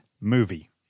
movie